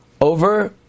over